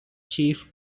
chief